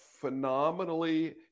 phenomenally